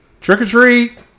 trick-or-treat